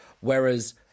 whereas